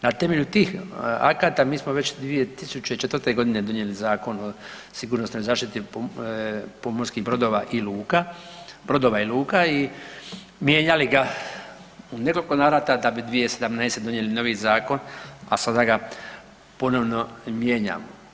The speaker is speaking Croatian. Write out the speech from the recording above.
Na temelju tih akata mi smo već 2004. godine donijeli Zakon o sigurnosnoj zaštiti pomorskih brodova i luka, brodova i luka i mijenjali ga u nekoliko navrata da bi 2017. donijeli novi Zakon, a sada ga ponovno mijenjamo.